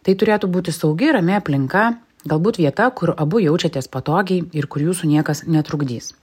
tai turėtų būti saugi rami aplinka galbūt vieta kur abu jaučiatės patogiai ir kur jūsų niekas netrukdys